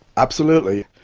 absolutely.